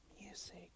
music